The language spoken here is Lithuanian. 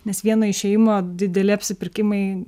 nes vieną išėjimo dideli apsipirkimai